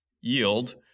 yield